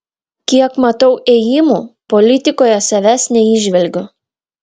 kiek matau ėjimų politikoje savęs neįžvelgiu